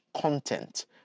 content